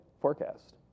forecast